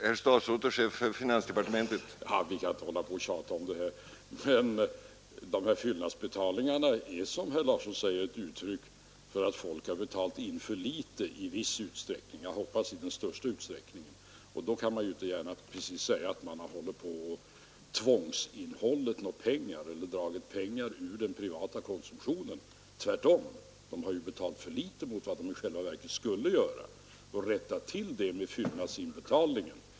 Herr talman! Vi kan inte fortsätta att tjata om detta. Fyllnadsbetalningarna är, som herr Larsson i Umeå säger, ett uttryck för att folk i viss utsträckning har betalat in för litet — jag hoppas att så är fallet i den största utsträckningen. Man kan därför inte göra gällande att staten tvångsinnehållit pengar eller tagit dem ur den privata konsumtionen. Tvärtom — de skattskyldiga har ju betalat in mindre än de i själva verket skulle göra och har rättat till detta genom fyllnadsinbetalningen.